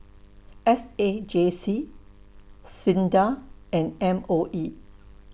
S A J C SINDA and M O E